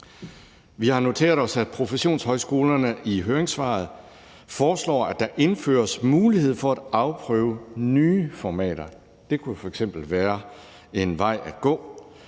Vi har noteret os, at professionshøjskolerne i høringssvaret foreslår, at der indføres mulighed for at afprøve nye formater. Det kunne f.eks. være en vej at gå.